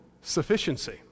sufficiency